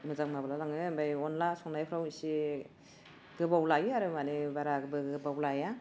मोजां माब्लालाङो आमफाय अनला संनायफ्राव एसे गोबाव लायो आरो माने बाराबो गोबाव लाया